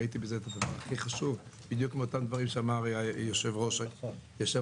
ראיתי בזה את הדבר הכי חשוב בדיוק מאותם דברים שאמר יושב-ראש הכנסת.